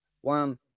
One